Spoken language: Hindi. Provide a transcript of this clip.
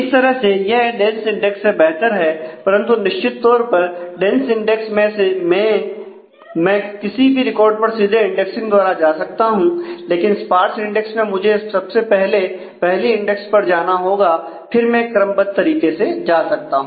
इस तरह से यह डेंस इंडेक्स से बेहतर है परंतु निश्चित तौर पर डेंस इंडेक्स में मैं किसी भी रिकॉर्ड पर सीधे इंडेक्सिंग द्वारा जा सकता हूं लेकिन स्पार्स इंडेक्स में मुझे पहले पहली इंडेक्स पर जाना होगा फिर मैं क्रमबद्ध तरीके से जा सकता हूं